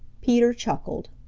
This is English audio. peter chuckled.